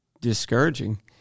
discouraging